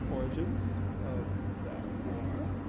origins of that war.